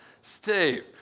Steve